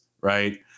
right